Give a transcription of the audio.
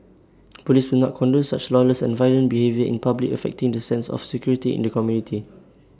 Police will not condone such lawless and violent behaviour in public affecting the sense of security of the community